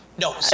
No